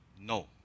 no